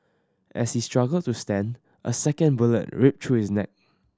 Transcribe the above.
as he struggled to stand a second bullet ripped through his neck